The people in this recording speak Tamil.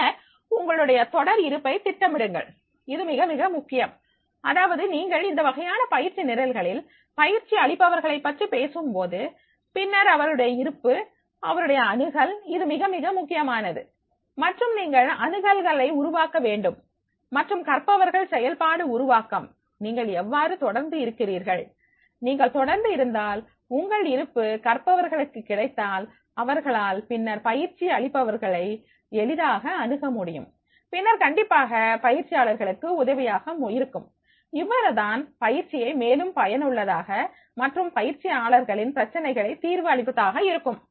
பின்னர் உங்களுடைய தொடர் இருப்பை திட்டமிடுங்கள் இது மிகமிக முக்கியம் அதாவது நீங்கள் இந்த வகையான பயிற்சி நிரல்களில் பயிற்சி அளிப்பவர்கள் பற்றி பேசும்போது பின்னர் அவருடைய இருப்பு அவருடைய அணுகல் இது மிக மிக முக்கியமானது மற்றும் நீங்கள் அணுகல்களை உருவாக்க வேண்டும் மற்றும் கற்பவர்கள் செயல்பாடு உருவாக்கம் நீங்கள் எவ்வாறு தொடர்ந்து இருக்கிறீர்கள் நீங்கள் தொடர்ந்து இருந்தால் உங்கள் இருப்பு கற்பவர்களுக்கு கிடைத்தால் அவர்களால் பின்னர் பயிற்சி அளிப்பவர்களை எளிதாக அணுக முடியும் பின்னர் கண்டிப்பாக பயிற்சியாளர்களுக்கு உதவியாக இருக்கும் இவ்வாறுதான் பயிற்சியை மேலும் பயனுள்ளதாக மற்றும் பயிற்சியாளர்களின் பிரச்சனைகளை தீர்வு அளிப்பதாக இருக்கும்